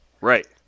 Right